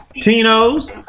tino's